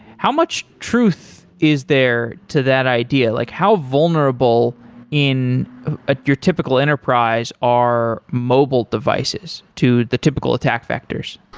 how much truth is there to that idea? like how vulnerable in ah your typical enterprise are mobile devices to the typical attack vectors?